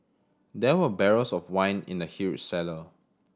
there were barrels of wine in the huge cellar